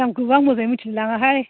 दामखौबो आं मोजाङै मिथिलाय लाङाहाइ